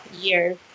year's